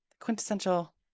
quintessential